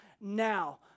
now